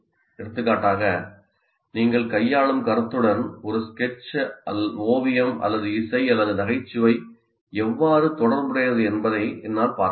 எடுத்துக்காட்டாக நீங்கள் கையாளும் கருத்துடன் ஒரு ஸ்கெட்ச் ஓவியம் அல்லது இசை அல்லது நகைச்சுவை எவ்வாறு தொடர்புடையது என்பதை என்னால் பார்க்க முடியும்